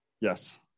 Yes